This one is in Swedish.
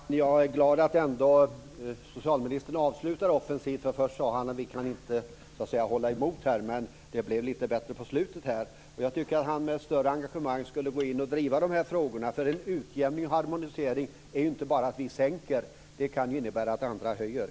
Herr talman! Jag är glad att socialministern ändå avslutar offensivt. Först sade han att vi inte kan hålla emot, men det blev lite bättre på slutet. Jag tycker att socialministern med lite större engagemang skulle driva de här frågorna. En utjämning och harmonisering är ju inte bara att vi sänker. Det kan innebära att andra höjer.